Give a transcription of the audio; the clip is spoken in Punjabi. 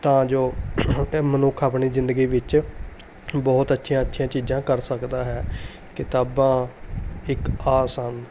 ਤਾਂ ਜੋ ਮਨੁੱਖ ਆਪਣੀ ਜ਼ਿੰਦਗੀ ਵਿੱਚ ਬਹੁਤ ਅੱਛੀਆਂ ਅੱਛੀਆਂ ਚੀਜ਼ਾਂ ਕਰ ਸਕਦਾ ਹੈ ਕਿਤਾਬਾਂ ਇੱਕ ਆਸ ਹਨ